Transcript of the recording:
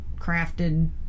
crafted